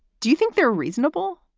do you think they're reasonable?